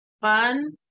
fun